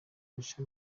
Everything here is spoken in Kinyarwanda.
buruse